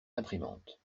imprimante